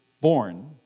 born